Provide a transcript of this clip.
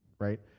right